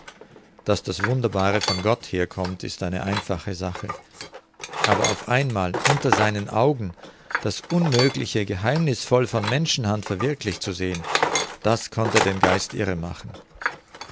daß das wunderbare von gott herkommt ist eine einfache sache aber auf einmal unter seinen augen das unmögliche geheimnißvoll von menschenhand verwirklicht zu sehen das konnte den geist irre machen